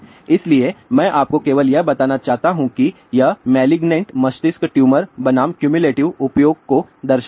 इसलिए मैं आपको केवल यह बताना चाहता हूं कि यह मेलिगनेन्ट मस्तिष्क ट्यूमर बनाम क्युमुलेटिव उपयोग को दर्शाता है